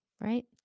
Right